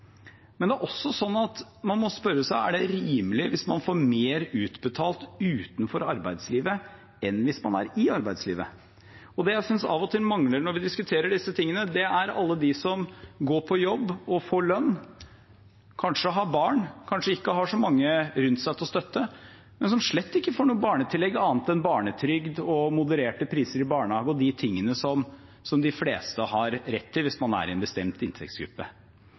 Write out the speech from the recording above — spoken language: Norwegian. men man må også spørre seg om det er rimelig hvis man får mer utbetalt utenfor arbeidslivet enn hvis man er i arbeidslivet. Det jeg synes av og til mangler når vi diskuterer disse tingene, er alle de som går på jobb og får lønn, kanskje har barn, kanskje ikke har så mange rundt seg til å støtte, men som slett ikke får noe barnetillegg annet enn barnetrygd, modererte priser i barnehage og de tingene som de fleste har rett til hvis man er i en bestemt inntektsgruppe.